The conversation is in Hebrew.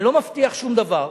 אני לא מבטיח שום דבר,